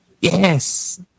yes